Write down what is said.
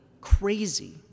crazy